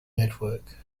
network